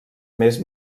més